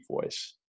voice